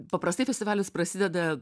paprastai festivalis prasideda